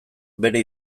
bere